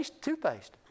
toothpaste